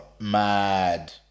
Mad